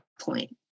point